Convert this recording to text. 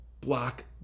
block